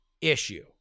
issue